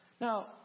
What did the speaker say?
Now